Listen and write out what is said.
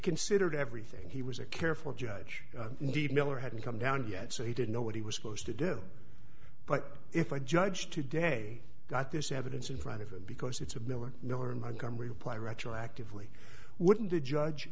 considered everything he was a careful judge indeed miller hadn't come down yet so he didn't know what he was supposed to do but if a judge today got this evidence in front of him because it's a miller miller in montgomery apply retroactively wouldn't the judge